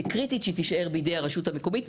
היא קריטית שתישאר בידי הרשות המקומית,